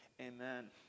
Amen